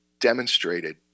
demonstrated